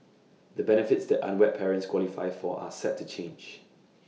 the benefits that unwed parents qualify for are set to change